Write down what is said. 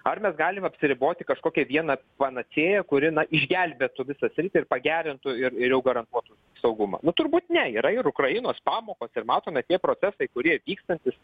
ar mes galim apsiriboti kažkokia viena panacėja kuri na išgelbėtų visą sritį ir pagerintų ir ir jau garantuotų saugumą nu turbūt ne yra ir ukrainos pamokos ir matome tie procesai kurie vykstantys